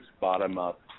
bottom-up